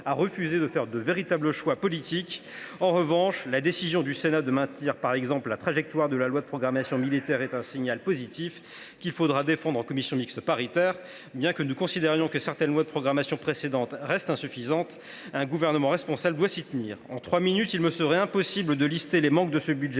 refuse de faire de véritables choix politiques. En revanche, la décision du Sénat de maintenir la trajectoire de la loi de programmation militaire (LPM) est un signal positif, qu’il faudra défendre en commission mixte paritaire. Bien que nous considérions que certaines lois de programmation précédentes restent insuffisantes, un gouvernement responsable doit s’y tenir. En trois minutes, il me sera impossible de lister les manques du budget